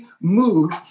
move